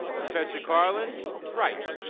professor carlin is right.